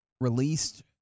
released